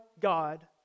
God